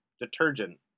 detergent